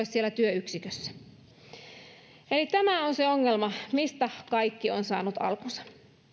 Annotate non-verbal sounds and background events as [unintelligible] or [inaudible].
[unintelligible] siellä työyksikössä eli tämä on se ongelma mistä kaikki on saanut alkunsa